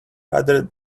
rather